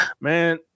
Man